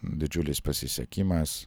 didžiulis pasisekimas